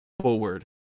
forward